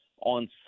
on